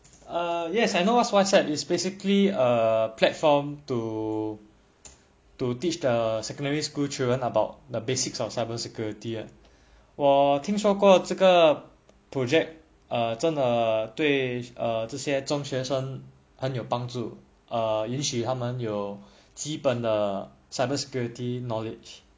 uh yes I know what's Whysapp is basically a platform to to teach the secondary school children about the basics of cyber security ah 我听说过这个 project 哦真的对哦这些中学生很有帮助引起他们有基本的 cybersecurity knowledge